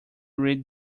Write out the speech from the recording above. read